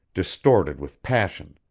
distorted with passion,